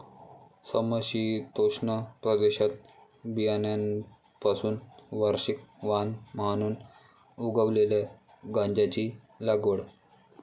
समशीतोष्ण प्रदेशात बियाण्यांपासून वार्षिक वाण म्हणून उगवलेल्या गांजाची लागवड